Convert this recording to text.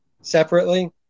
separately